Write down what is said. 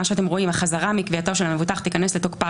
"החזרה מקביעתו של המבוטח תיכנס לתוקפה